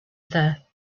there